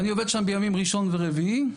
אני עובד שם בימים ראשון ורביעי,